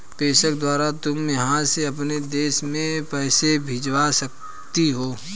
प्रेषण द्वारा तुम यहाँ से अपने देश में पैसे भिजवा सकती हो